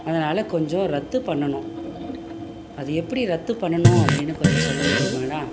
அதனால் கொஞ்சம் ரத்து பண்ணணும் அது எப்படி ரத்து பண்ணணும் அப்படின்னு கொஞ்சம் சொல்ல முடியுமாடா